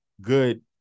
good